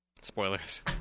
spoilers